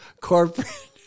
corporate